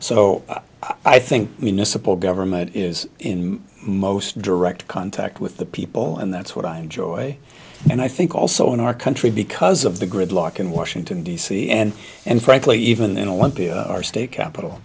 municipal government is in most direct contact with the people and that's what i enjoy and i think also in our country because of the gridlock in washington d c and and frankly even in olympia our state capital